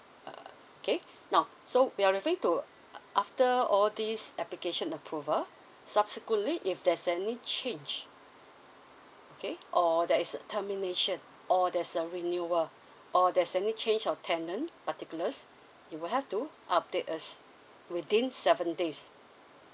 err okay now so we are referring to uh after all this application approval subsequently if there's any change okay or there is termination or there's a renewal or there's any change of tenant particulars you will have to update us within seven days